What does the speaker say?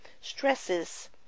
stresses